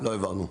לא העברתי.